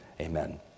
amen